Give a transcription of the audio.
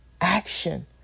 action